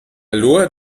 loi